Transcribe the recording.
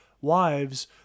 wives